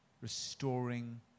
restoring